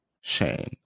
Shane